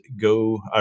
go